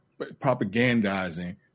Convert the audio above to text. propagandizing